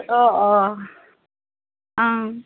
অঁ অঁ